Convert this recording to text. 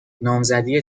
نامزدی